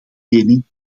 mening